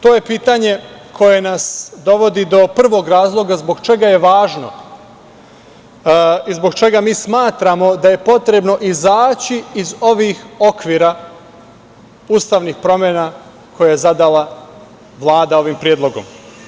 To je pitanje koje nas dovodi do prvog razloga zbog čega je važno i zbog čega mi smatramo da je potrebno izaći iz ovih okvira ustavnih promena koje je zadala Vlada ovim predlogom?